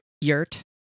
yurt